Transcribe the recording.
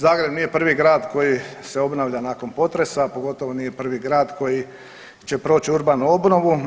Zagreb nije prvi grad koji se obnavlja nakon potresa, a pogotovo nije prvi grad koji će proći urbanu obnovu.